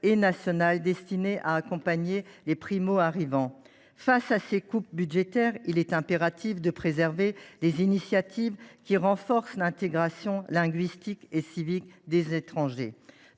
et nationales destinées à accompagner les primo arrivants. Face à ces coupes budgétaires, il est impératif de préserver des initiatives qui renforcent l’intégration linguistique et civique des étrangers.